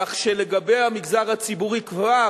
כך שלגבי המגזר הציבורי כבר